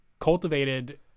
cultivated